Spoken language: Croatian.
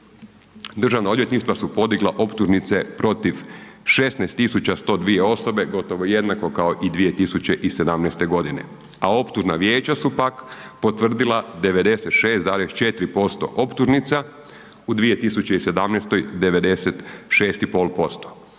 Državna odvjetništva su podigla optužnice protiv 16102 osobe, gotovo jednako kao i 2017.g., a optužna vijeća su pak potvrdila 96,4% optužnica, u 2017.g. 96,5%.